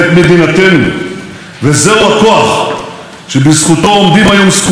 וזהו הכוח שבזכותו עומדים היום זקופים קירות בתי